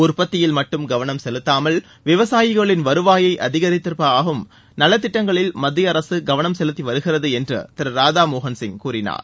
உற்பத்தியில் மட்டும் கவனம் செலுத்தாமல் விவசாயிகளின் வருவாயை அதிகரிப்பதற்காகவும் நலத்திட்டங்களில் மத்திய அரசு கவனம் செலுத்தி வருகிறது என்று திரு ராதா மோகன் சிங் கூறினார்